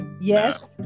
Yes